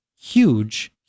Huge